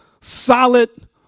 solid